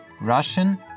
Russian